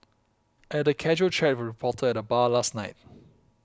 I had a casual chat with a reporter at the bar last night